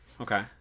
okay